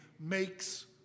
makes